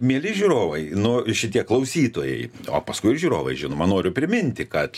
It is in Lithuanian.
mieli žiūrovai nu šitie klausytojai o paskui ir žiūrovai žinoma noriu priminti kad